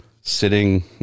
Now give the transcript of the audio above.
sitting